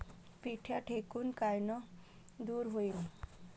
पिढ्या ढेकूण कायनं दूर होईन?